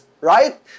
right